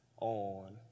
on